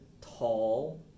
tall